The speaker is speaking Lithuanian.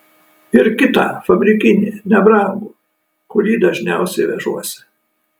ir kitą fabrikinį nebrangų kurį dažniausiai vežuosi